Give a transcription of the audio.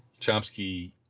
Chomsky